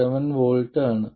7 V ആണ്